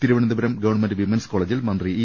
Thiruvananthapuram government women's കോളജിൽ മന്ത്രി E